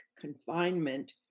confinement